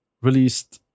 released